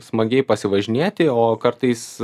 smagiai pasivažinėti o kartais